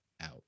out